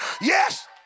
Yes